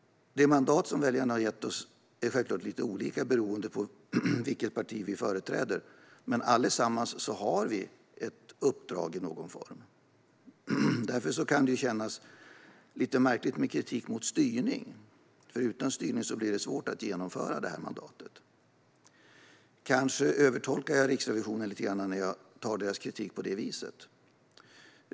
Det mandat som väljarna har gett oss är självklart lite olika beroende på vilket parti vi företräder, men allesammans har vi ett uppdrag i någon form. Därför kan det kännas lite märkligt med kritik mot styrning, för utan styrning blir det svårt att genomföra mandatet. Kanske övertolkar jag Riksrevisionen lite grann när jag tar deras kritik på det viset.